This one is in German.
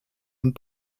und